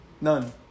None